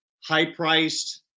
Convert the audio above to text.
high-priced